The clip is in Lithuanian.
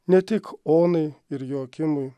ne tik onai ir joakimui